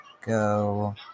go